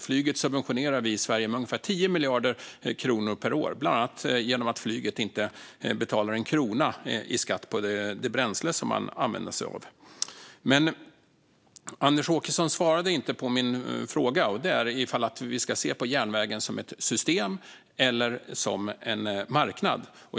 Flyget subventionerar vi i Sverige med ungefär 10 miljarder kronor per år, bland annat genom att flyget inte betalar en krona i skatt på det bränsle som man använder sig av. Men Anders Åkesson svarade inte på min fråga: Ska vi se på järnvägen som ett system eller som en marknad?